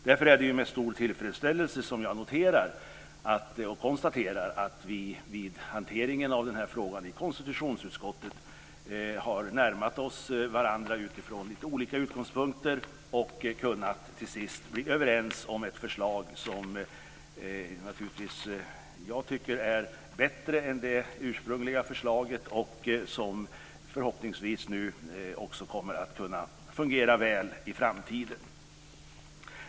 Därför är det med stor tillfredsställelse som jag konstaterar att vi vid hanteringen av frågan i konstitutionsutskottet har närmat oss varandra utifrån olika utgångspunkter, och till sist kunnat bli överens om ett förslag som jag naturligtvis tycker är bättre än det ursprungliga förslaget. Förhoppningsvis kommer det att kunna fungera väl i framtiden.